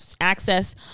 access